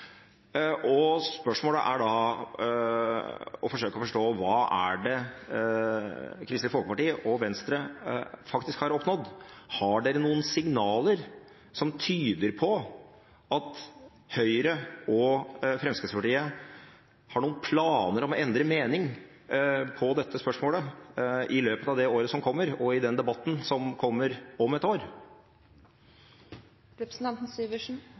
Spørsmålet er da, for å forsøke å forstå: Hva er det Kristelig Folkeparti og Venstre faktisk har oppnådd? Har de noen signaler som tyder på at Høyre og Fremskrittspartiet har noen planer om å endre mening i dette spørsmålet i løpet av det året som kommer, og i den debatten som kommer om et